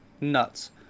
nuts